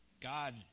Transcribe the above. God